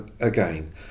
again